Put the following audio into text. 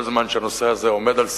כל זמן שהנושא הזה עומד על סדר-היום,